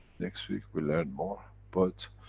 next week we learn more. but,